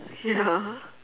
ya